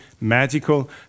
magical